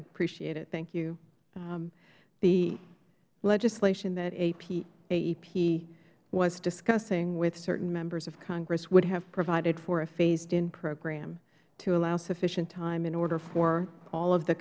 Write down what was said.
appreciate it thank you the legislation that aep was discussing with certain members of congress would have provided for a phasedin program to allow sufficient time in order for all of the